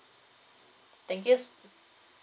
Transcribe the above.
thank you so